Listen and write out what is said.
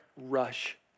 rush